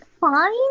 fine